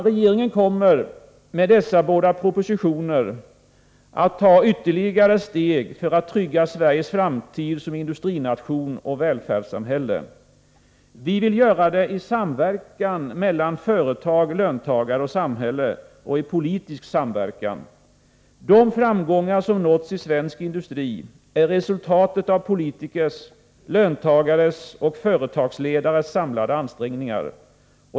Regeringen kommer med dessa båda propositioner att ta ytterligare steg för att trygga Sveriges framtid som industriland och välfärdsstat. Vi vill göra det i samverkan mellan företag, löntagare och samhälle — och i politisk samverkan. De framgångar som nåtts i svensk industri är resultatet av politikers, löntagares och företagsledares samlade ansträngningar.